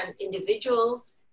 individuals